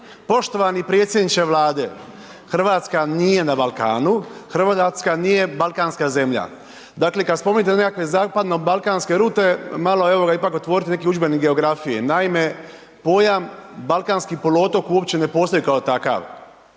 Poštovani predsjedniče Vlade, Hrvatska nije na Balkanu, Hrvatska nije balkanska zemlja. Dakle kada spominjete nekakve zapadno-balkanske rute malo evo ipak otvorite neki udžbenik geografije. Naime, pojam balkanski poluotok uopće ne postoji kao takav,